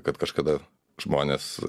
kad kažkada žmonės